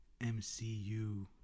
MCU